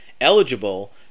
eligible